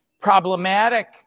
problematic